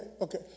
okay